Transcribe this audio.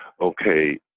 okay